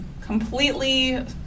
completely